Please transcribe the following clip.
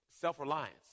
Self-reliance